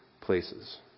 places